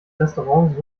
restaurant